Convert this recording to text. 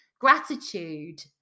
gratitude